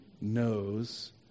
knows